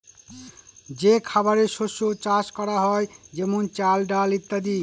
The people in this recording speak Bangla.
যে খাবারের শস্য চাষ করা হয় যেমন চাল, ডাল ইত্যাদি